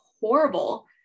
horrible